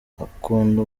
akunda